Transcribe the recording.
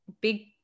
big